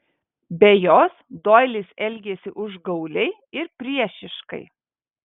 be jos doilis elgėsi užgauliai ir priešiškai